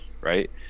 right